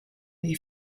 dei